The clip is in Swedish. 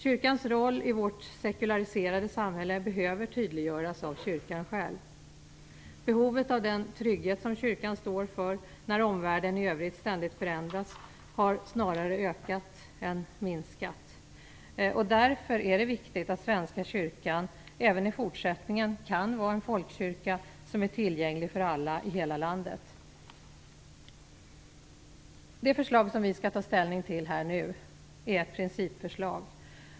Kyrkans roll i vårt sekulariserade samhälle behöver tydliggöras av kyrkan själv. Behovet av den trygghet som kyrkan står för, när omvärlden i övrigt ständigt förändras, har snarare ökat än minskat. Därför är det viktigt att Svenska kyrkan även i fortsättningen kan vara en folkkyrka som är tillgänglig för alla i hela landet. Det förslag som vi nu skall ta ställning till är ett principförslag.